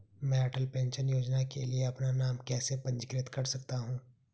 मैं अटल पेंशन योजना के लिए अपना नाम कैसे पंजीकृत कर सकता हूं?